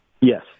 Yes